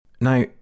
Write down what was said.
Now